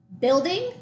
Building